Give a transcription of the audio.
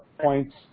points